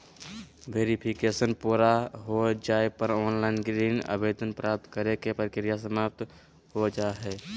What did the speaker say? verification पूरा हो जाय पर ऑनलाइन ऋण आवेदन प्राप्त करे के प्रक्रिया समाप्त हो जा हय